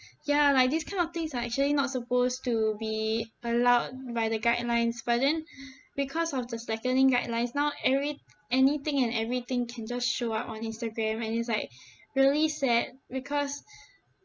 ya like this kind of things are actually not supposed to be allowed by the guidelines but then because of the slackening guidelines now every anything and everything can just show up on instagram and it's like really sad because